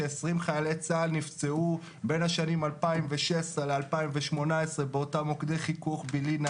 ש-20 חיילי צה"ל נפצעו בין השנים 2016 ל-2018 באותם מוקדי חיכוך בלעין,